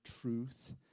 Truth